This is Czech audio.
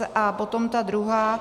A potom ta druhá.